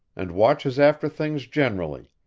and watches after things generally.